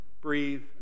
breathe